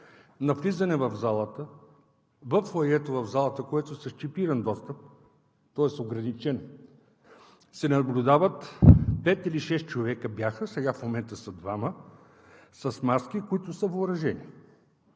На влизане в залата, във фоайето в залата, което е с чипиран достъп, тоест ограничен, се наблюдават пет или шест човека бяха, сега в момента са двама, с маски, които са въоръжени.